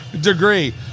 degree